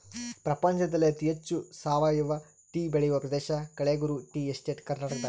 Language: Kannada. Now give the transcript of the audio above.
ಪ್ರಪಂಚದಲ್ಲಿ ಅತಿ ಹೆಚ್ಚು ಸಾವಯವ ಟೀ ಬೆಳೆಯುವ ಪ್ರದೇಶ ಕಳೆಗುರು ಟೀ ಎಸ್ಟೇಟ್ ಕರ್ನಾಟಕದಾಗದ